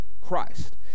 Christ